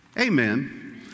Amen